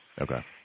Okay